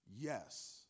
yes